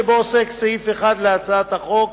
שבו עוסק סעיף 1 להצעת החוק,